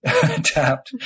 tapped